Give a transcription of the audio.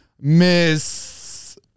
Miss